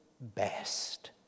best